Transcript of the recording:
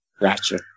Gotcha